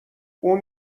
اون